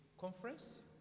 conference